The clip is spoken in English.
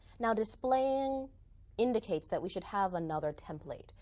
now displaying indicates that we should have another template.